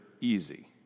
easy